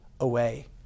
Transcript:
away